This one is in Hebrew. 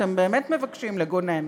שאתם באמת מבקשים לגונן,